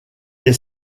est